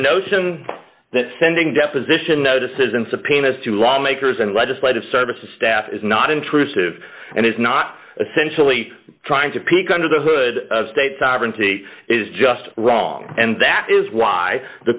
notion that sending deposition notices and subpoenas to lawmakers and legislative services staff is not intrusive and is not essentially trying to peek under the hood of state sovereignty is just wrong and that is why the